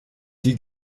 die